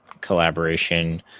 collaboration